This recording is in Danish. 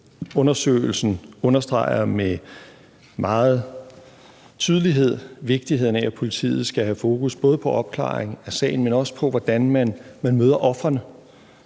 Undersøgelsen understreger med meget stor tydelighed vigtigheden af, at politiet skal have fokus både på opklaring af sagen, men også på, hvordan man møder ofrene.